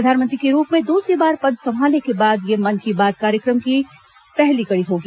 प्रधानमंत्री के रूप में दूसरी बार पद संभालने के बाद यह मन की बात कार्यक्रम की यह पहली कड़ी होगी